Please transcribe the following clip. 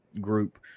group